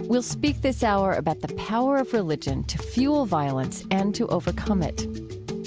we'll speak this hour about the power of religion to fuel violence and to overcome it